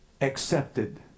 accepted